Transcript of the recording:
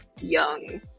young